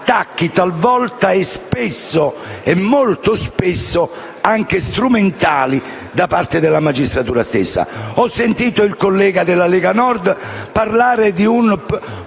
attacchi molto spesso anche strumentali da parte della magistratura stessa. Ho sentito il collega della Lega Nord parlare di un